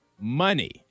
money